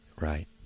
Right